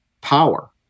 power